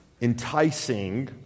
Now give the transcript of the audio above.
enticing